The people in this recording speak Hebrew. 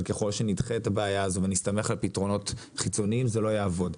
אבל ככל שנדחה את הבעיה הזו ונסתמך על פתרונות חיצוניים זה לא יעבוד.